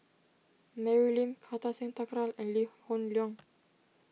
Mary Lim Kartar Singh Thakral and Lee Hoon Leong